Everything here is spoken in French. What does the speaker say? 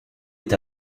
est